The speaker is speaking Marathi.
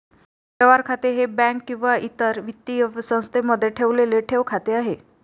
व्यवहार खाते हे बँक किंवा इतर वित्तीय संस्थेमध्ये ठेवलेले ठेव खाते आहे